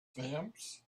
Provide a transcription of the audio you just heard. stamps